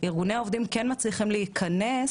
ארגוני העובדים מצליחים להיכנס